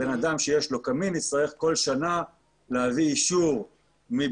בן אדם שיש לו קמין יצטרך כל שנה להביא אישור מבודק